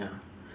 ya